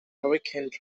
hurricanes